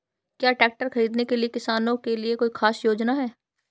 क्या ट्रैक्टर खरीदने के लिए किसानों के लिए कोई ख़ास योजनाएं हैं?